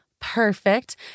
perfect